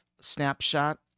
snapshot